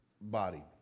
body